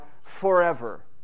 forever